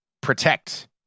protect